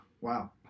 Wow